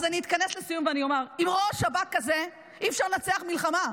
אז אני אתכנס לסיום ואני אומר: עם ראש שב"כ כזה אי-אפשר לנצח מלחמה,